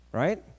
right